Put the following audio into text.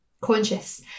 conscious